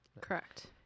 Correct